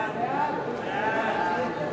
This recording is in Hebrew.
חוק שירות המדינה (מינויים) (תיקון מס' 15),